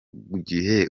gihe